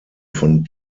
von